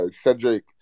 Cedric